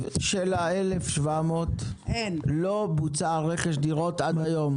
מהתקציב של ה-1,700 לא בוצע רכש עד היום.